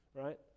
right